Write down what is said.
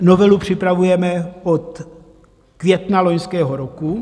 Novelu připravujeme od května loňského roku.